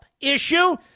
issue